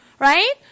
Right